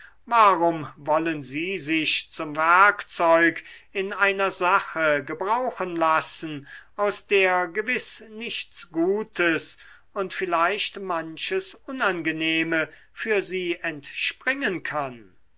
warum wollen sie sich zum werkzeug in einer sache gebrauchen lassen aus der gewiß nichts gutes und vielleicht manches unangenehme für sie entspringen kann